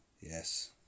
Yes